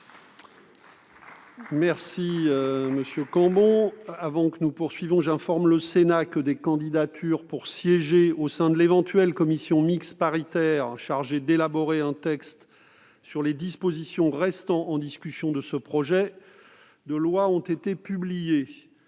sur ce projet de loi. J'informe le Sénat que des candidatures pour siéger au sein de l'éventuelle commission mixte paritaire chargée d'élaborer un texte sur les dispositions restant en discussion de ce projet de loi ont été publiées.